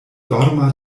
dorma